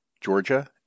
Georgia